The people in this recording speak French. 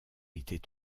étaient